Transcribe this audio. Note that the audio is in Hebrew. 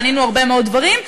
בנינו הרבה מאוד דברים,